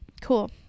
Cool